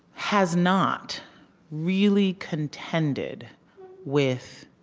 has not really contended with